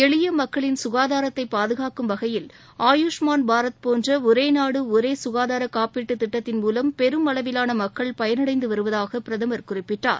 எளிய மக்களின் சுகாதாரத்தை பாதுகாக்கும் வகையில் ஆயுஷ்மான் பாரத் போன்ற ஒரே நாடு ஒரே க்காதார காப்பீடு திட்டத்தின் மூலம் பெரும் அளவிலான மக்கள் பயனடைந்து வருவதாக பிரதமர் குறிப்பிட்டார்